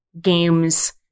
games